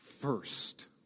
first